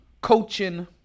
coaching